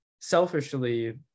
selfishly